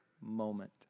moment